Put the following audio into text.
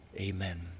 amen